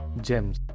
gems